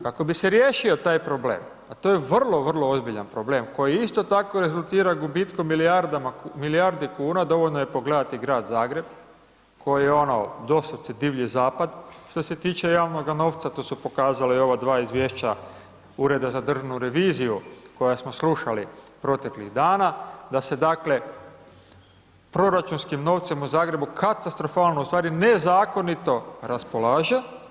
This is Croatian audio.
Kako bi se riješio taj problem, a to je vrlo, vrlo ozbiljan problem koji isto tako rezultira gubitkom milijardi kuna, dovoljno je pogledati Grad Zagreb koji je doslovce divlji zapad što se tiče javnoga novca, to su pokazale i ova dva izvješća Ureda za državnu reviziju koja smo slušali proteklih dana, da se, dakle, proračunskim novcem u Zagrebu katastrofalno, u stvari, nezakonito raspolaže.